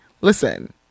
listen